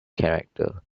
character